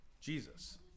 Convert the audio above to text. Jesus